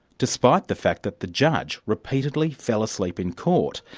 despite the fact that the judge repeatedly fell asleep in court.